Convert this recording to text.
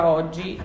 oggi